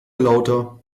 lauter